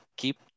keep